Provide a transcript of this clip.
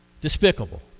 Despicable